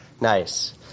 Nice